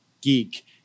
geek